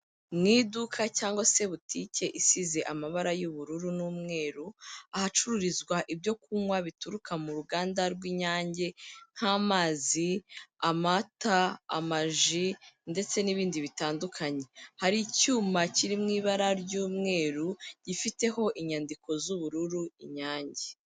Mwiduka cyangwa se butike isize amabara y'ubururu n'umweru, ahacururizwa ibyo kunywa bituruka mu ruganda rw'inyange nk'amazi, amata, amaji ndetse n'ibindi bitandukanye. Hari icyuma kiririmu' ibara ry'umweru gifiteho inyandiko z'ubururu inyange.